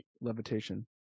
levitation